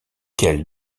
quel